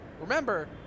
remember